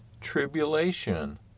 tribulation